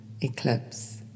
eclipse